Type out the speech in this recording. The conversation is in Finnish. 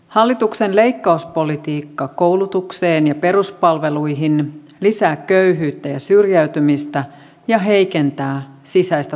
hallituksen leikkauspolitiikka koulutukseen ja peruspalveluihin lisää köyhyyttä ja syrjäytymistä ja heikentää sisäistä turvallisuutta